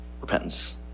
repentance